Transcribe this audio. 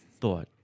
thought